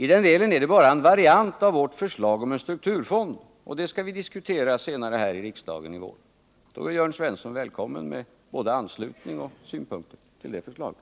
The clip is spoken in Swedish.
I den delen är det bara en variant av vårt förslag om en strukturfond, och det skall vi diskutera här i riksdagen senare i vår. Då är Jörn Svensson välkommen med både anslutning tili och synpunkter på detta förslag.